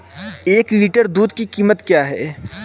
एक लीटर दूध की कीमत क्या है?